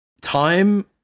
time